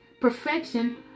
perfection